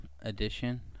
edition